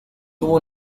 tuvo